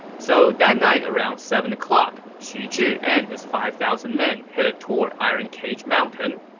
so that night around seven o'clock, xu zhi and his five thousand men headed toward iron cage mountain.